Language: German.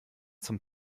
zum